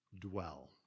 dwell